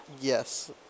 Yes